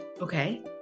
okay